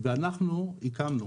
ואנחנו הקמנו.